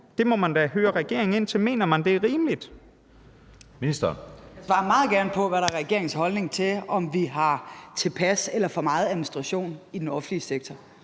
og sundhedsministeren (Sophie Løhde): Jeg svarer meget gerne på, hvad der er regeringens holdning til, om vi har tilpas eller for meget administration i den offentlige sektor.